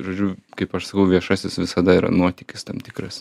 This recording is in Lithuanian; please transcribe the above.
žodžiu kaip aš sakau viešasis visada yra nuotykis tam tikras